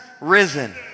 risen